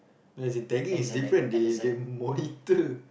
no as in tagging is different they they monitor